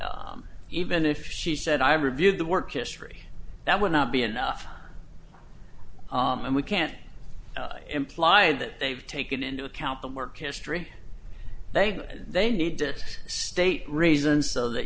is even if she said i reviewed the work history that would not be enough and we can't imply that they've taken into account the work history they they need to state reasons so that